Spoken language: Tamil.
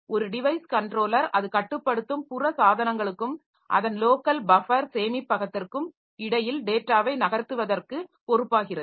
ஒரு டிவைஸ் கன்ட்ரோலர் அது கட்டுப்படுத்தும் புற சாதனங்களுக்கும் அதன் லோக்கல் பஃபர் சேமிப்பகத்திற்கும் இடையில் டேட்டாவை நகர்த்துவதற்கு பொறுப்பாகிறது